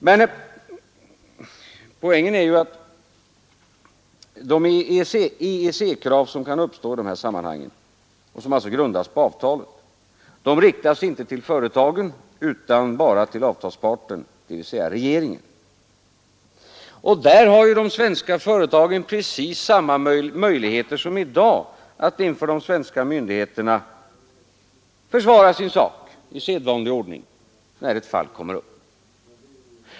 Men poängen är att de EEC-krav som kan uppställas i sammanhanget, och som alltså grundas på avtalet, inte riktar sig till företagen utan endast till avtalsparten, dvs. till regeringen. Och där har ju de svenska företagen precis samma möjligheter som i dag att inför de svenska myndigheterna försvara sin sak i sedvanlig ordning när ett fall kommer upp.